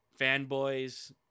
Fanboys